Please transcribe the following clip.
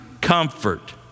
comfort